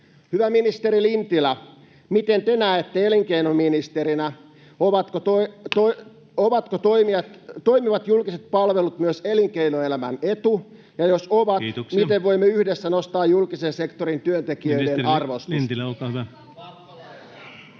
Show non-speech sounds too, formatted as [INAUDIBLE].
Hyvä ministeri Lintilä: miten te näette elinkeinoministerinä, [NOISE] ovatko toimivat julkiset palvelut myös elinkeinoelämän etu, ja jos ovat, [Puhemies: Kiitoksia!] miten voimme yhdessä nostaa julkisen sektorin työntekijöiden arvostusta?